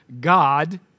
God